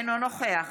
אינו נוכח